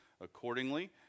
accordingly